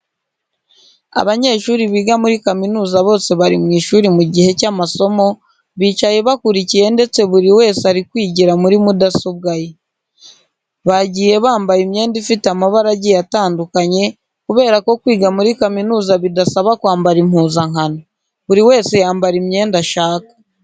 Abanyeshuri biga muri kaminuza bose bari mu ishuri mu gihe cy'amasomo, bicaye bakurikiye ndetse buri wese ari kwigira muri mudasobwa ye. Bagiye bambaye imyenda ifite amabara agiye atandukanye kubera ko kwiga muri kaminuza bidasaba kwambara impuzankano. Buri wese yambara imyenda ashaka.